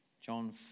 John